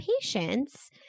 patient's